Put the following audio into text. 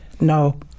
no